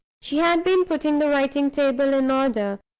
she had been putting the writing-table in order,